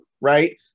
right